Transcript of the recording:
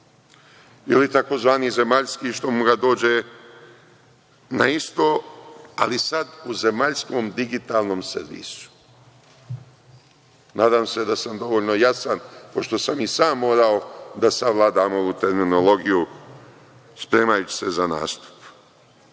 ili tzv. zemaljski, što mu dođe na isto, ali sada u zemaljskom digitalnom servisu. Nadam se da sam dovoljno jasan, pošto sam i sam morao da savladam ovu terminologiju, spremajući se za nastup.S